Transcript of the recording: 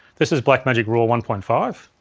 this is blackmagic raw one point five.